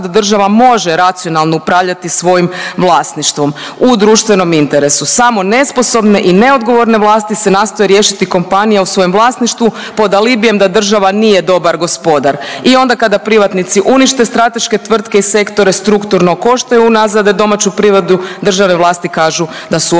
da država može racionalno upravljati svojim vlasništvom u društvenom interesu. Samo nesposobne i neodgovorne vlasti se nastoje riješiti kompanije u svojem vlasništvu pod alibijem da država nije dobar gospodar. I onda kada privatnici unište strateške tvrtke i sektore strukturno koštaju i unazade domaću privredu državne vlasti kažu da su one